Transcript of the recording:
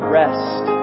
rest